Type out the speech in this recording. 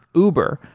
uber,